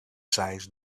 size